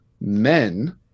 men